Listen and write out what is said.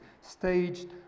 staged